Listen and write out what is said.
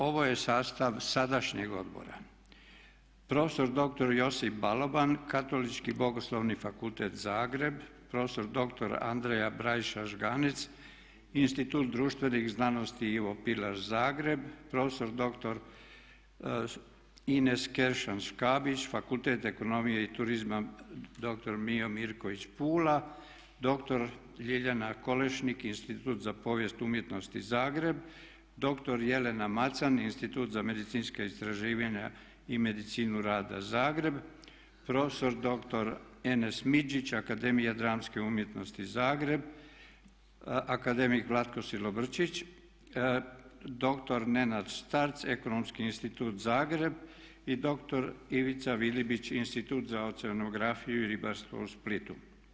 Ovo je sastav sadašnjeg odbora: prof.dr. Josip Balaban Katolički bogoslovni fakultet Zagreb, prof.dr. Andrija Brajša Zganec Institut društvenih znanosti Ivo Pilar Zagreb, prof.dr. Ines Kersan-Škabić Fakultet ekonomije i turizma Dr. Mijo Mirković Pula, dr. Ljiljana Kolešnik Institut za povijest umjetnosti Zagreb, dr. Jelena Macan Institut za medicinska istraživanja i medicinu rada Zagreb, prof.dr. Enes Midžić Akademija dramskih umjetnosti Zagreb, akademik Vlatko Silobrčić, dr. Nenad Starc ekomomski institut Zagreb i dr. Ivica Vilibić Institut za oceanografiju i ribarstvo u Splitu.